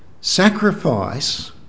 sacrifice